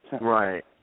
Right